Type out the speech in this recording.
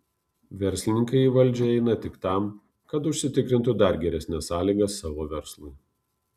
verslininkai į valdžią eina tik tam kad užsitikrintų dar geresnes sąlygas savo verslui